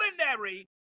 ordinary